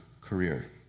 career